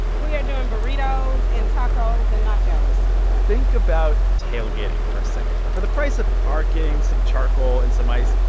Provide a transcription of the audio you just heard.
we are doing burritos and tacos and nachos think about tailgating for a second. for the price of parking, some charcoal and some ice,